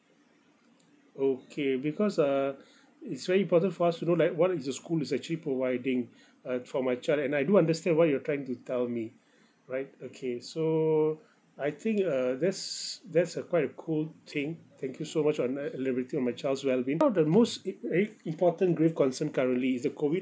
okay because uh it's very important for us to know like what is the school is actually providing uh for my child and I do understand what you're trying to tell me right okay so I think uh that's that's uh quite a cool thing thank you so much on uh elaborating my child's well being one of the most im~ very important great concern currently is the COVID